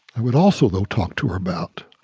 i would also, though, talk to her about